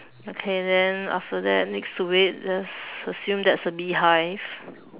okay then after that next to it let's assume that's a beehive